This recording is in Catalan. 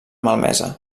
malmesa